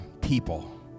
people